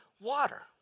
water